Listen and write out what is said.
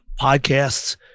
podcasts